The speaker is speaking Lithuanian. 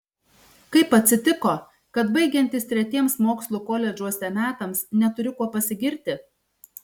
kaip atsitiko kad baigiantis tretiems mokslų koledžuose metams neturiu kuo pasigirti